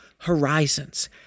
horizons